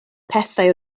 pethau